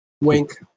Wink